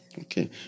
Okay